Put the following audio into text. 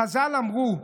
חז"ל אמרו,